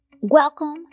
Welcome